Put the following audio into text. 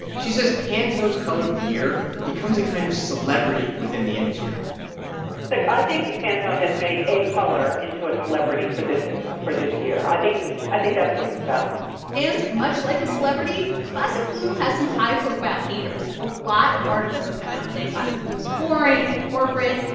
she says pantone's color of the year becomes a kind of celebrity within the industry look i think pantone has made a color into a celebrity for this for this year. i think i think that's what it's about and much like a celebrity, classic blue has some high-profile haters. a lot of articles have come out saying classic blue is boring and corporate.